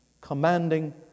commanding